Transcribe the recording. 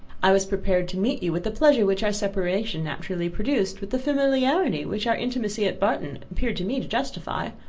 i was prepared to meet you with the pleasure which our separation naturally produced, with the familiarity which our intimacy at barton appeared to me to justify.